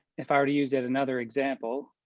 if i were to use it another example